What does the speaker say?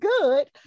good